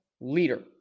leader